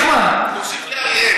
מכיוון שאויבינו, נחמן, תוסיף לאריאל.